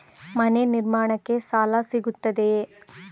ಮನೆ ನಿರ್ಮಾಣಕ್ಕೆ ಸಾಲ ಸಿಗುತ್ತದೆಯೇ?